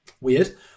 Weird